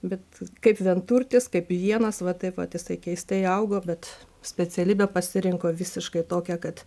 bet kaip vienturtis kaip vienas va taip vat jisai keistai augo bet specialybę pasirinko visiškai tokią kad